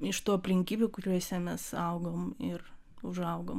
iš tų aplinkybių kuriose mes augom ir užaugom